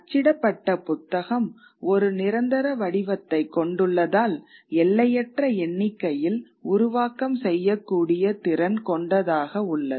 அச்சிடப்பட்ட புத்தகம் ஒரு நிரந்தர வடிவத்தை கொண்டுள்ளதால் எல்லையற்ற எண்ணிக்கையில் உருவாக்கம் செய்யக்கூடிய திறன் கொண்டதாக உள்ளது